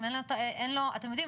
אתם יודעים,